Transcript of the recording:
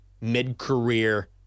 mid-career